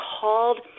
called